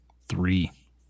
Three